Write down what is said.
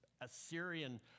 Assyrian